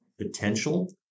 potential